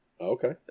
Okay